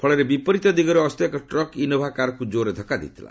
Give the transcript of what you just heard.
ଫଳରେ ବିପରିତ ଦିଗରୁ ଆସୁଥିବା ଏକ ଟ୍ରକ୍ ଇନୋଭା କାର୍କୁ ଜୋର୍ରେ ଧକ୍କା ଦେଇଥିଲା